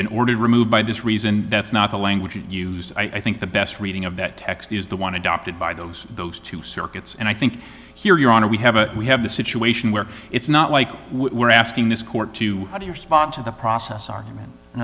been ordered removed by this reason that's not the language used i think the best reading of that text is the one adopted by those those two circuits and i think here your honor we have a we have the situation where it's not like we're asking this court to how do you respond to the process argument in